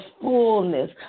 fullness